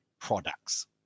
products